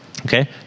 okay